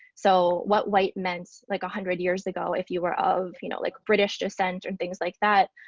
so what white meant like a hundred years ago if you were of you know like british descent or things like that.